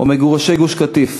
ומגורשי גוש-קטיף